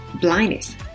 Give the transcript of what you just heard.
blindness